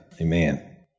amen